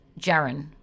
Jaron